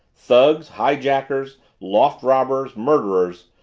thugs, hi-jackers, loft-robbers, murderers,